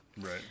Right